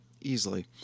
easily